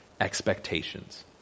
expectations